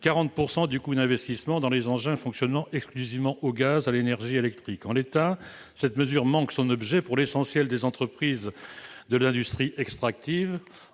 40 % du coût d'investissement dans les engins fonctionnant exclusivement au gaz ou à l'énergie électrique. En l'état, cette mesure manque son objet, à savoir pour l'essentiel les entreprises de l'industrie extractive.